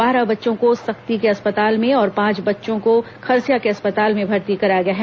बारह बच्चों को सक्ती के अस्पताल में और पांच बच्चों के खरसिया के अस्पताल में भर्ती कराया गया है